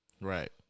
Right